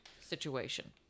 situation